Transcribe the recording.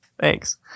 Thanks